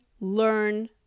learn